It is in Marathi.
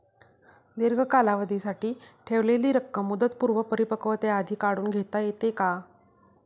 दीर्घ कालावधीसाठी ठेवलेली रक्कम मुदतपूर्व परिपक्वतेआधी काढून घेता येते का?